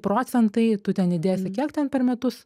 procentai tu ten įdėsi kiek ten per metus